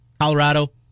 Colorado